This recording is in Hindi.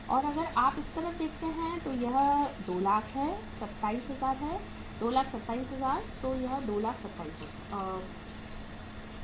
और अगर आप इस तरफ देखते हैं कि कितना 200000 है 27000 227000 तो 277000